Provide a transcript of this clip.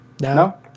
No